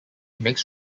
makes